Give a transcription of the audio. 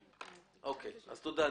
תודה.